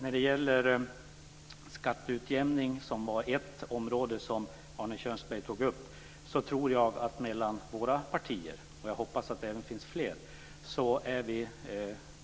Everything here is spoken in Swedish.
När det gäller skatteutjämning, som var ett område som Arne Kjörnsberg tog upp, tror jag att vi mellan våra partier, och jag hoppas att det även finns fler, är